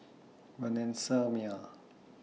Vanessa Mae